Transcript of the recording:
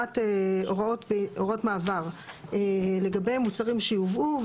הוראות מעבר לגבי מוצרים שיובאו.